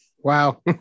Wow